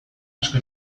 asko